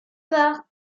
part